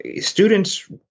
students